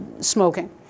smoking